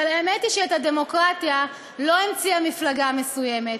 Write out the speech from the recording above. אבל האמת היא שאת הדמוקרטיה לא המציאה מפלגה מסוימת,